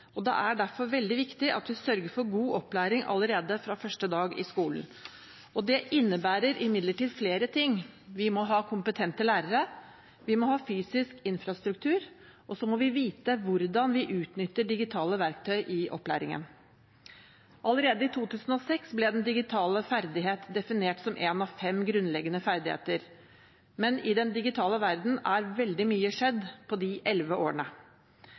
og det er derfor veldig viktig at vi sørger for god opplæring allerede fra første dag i skolen. Det innebærer imidlertid flere ting. Vi må ha kompetente lærere, vi må ha fysisk infrastruktur, og vi må vite hvordan vi utnytter digitale verktøy i opplæringen. Allerede i 2006 ble den digitale ferdighet definert som en av fem grunnleggende ferdigheter, men i den digitale verden er veldig mye skjedd på de elleve årene.